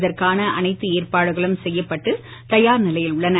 இதற்கான அனைத்து ஏற்பாடுகளும் செய்யப்பட்டு நிலையில் உள்ளன